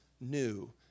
new